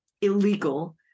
illegal